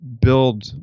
build